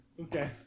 Okay